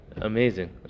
amazing